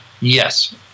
yes